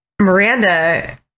Miranda